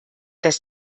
dass